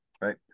right